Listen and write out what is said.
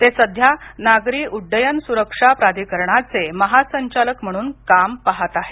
ते सध्या नागरी उड्डयन सुरक्षा प्राधिकरणाचे महासंचालक म्हणून काम पहात आहेत